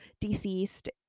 deceased